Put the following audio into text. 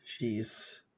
Jeez